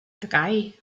drei